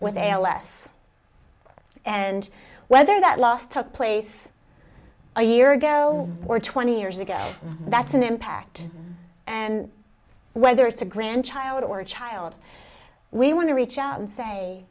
with a less and whether that loss took place a year ago or twenty years ago that's an impact and whether it's a grandchild or a child we want to reach out and say